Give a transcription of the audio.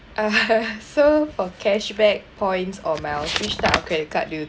ah ha so for cash back points or miles which type of credit card do you